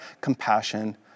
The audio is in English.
compassion